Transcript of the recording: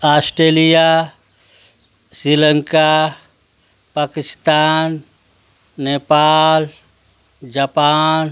Australia Sri Lanka Pakistan Nepal Japan